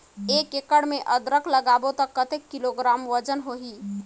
एक एकड़ मे अदरक लगाबो त कतेक किलोग्राम वजन होही?